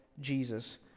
Jesus